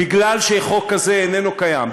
בגלל שחוק כזה איננו קיים,